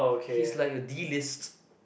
he is like a D list